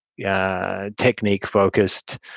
technique-focused